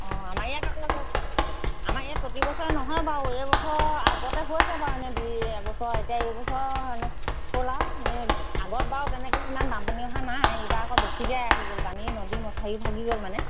অঁ আমাৰ ইয়াত আকৌ আমাৰ ইয়াত প্ৰতি বছৰে নহয় বাৰু এইবছৰ আগতে হৈছে বাৰু এনেই দুই এবছৰ এতিয়া এইবছৰ এনে হ'ল আৰু আগত বাৰু তেনেকৈ ইমান বামপানী অহা নাই এইবাৰ আকৌ বেছিকৈ আহি গ'ল পানীয়ে নদী হেৰি ভাগি গ'ল মানে